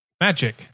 Magic